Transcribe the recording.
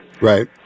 Right